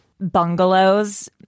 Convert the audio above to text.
bungalows